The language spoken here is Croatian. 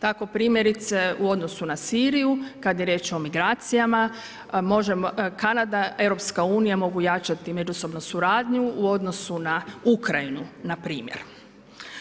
Tako primjerice u odnosu na Siriju kada je riječ o migracijama Kanada, EU mogu jačati međusobnu suradnju u odnosu na Ukrajinu npr.